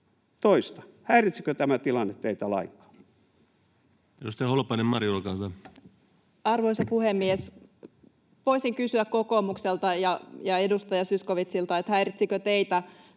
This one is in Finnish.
Toistan: häiritsikö tämä tilanne teitä lainkaan? Edustaja Holopainen, Mari, olkaa hyvä. Arvoisa puhemies! Voisin kysyä kokoomukselta ja edustaja Zyskowiczilta, häiritsikö teitä,